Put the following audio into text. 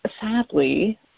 sadly